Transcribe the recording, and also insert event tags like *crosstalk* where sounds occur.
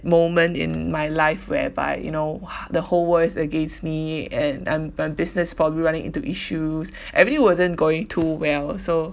moment in my life whereby you know !wah! the whole world is against me and I'm my business is probably running into issues *breath* everything wasn't going too well so